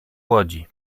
łodzi